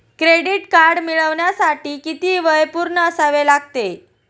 Credit card मिळवण्यासाठी किती वय पूर्ण असावे लागते?